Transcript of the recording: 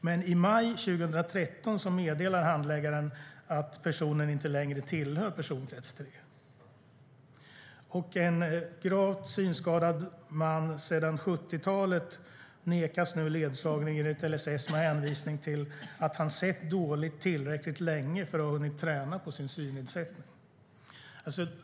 Men i maj 2013 meddelade handläggaren att personen inte längre tillhör personkrets 3. En man som är gravt synskadad sedan 70-talet nekas nu ledsagning enligt LSS med hänvisning till att han sett dåligt tillräckligt länge för att ha hunnit träna på att leva med sin synnedsättning.